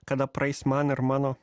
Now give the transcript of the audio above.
kada praeis man ir mano